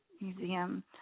museum